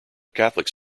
catholic